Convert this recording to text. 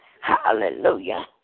Hallelujah